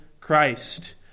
Christ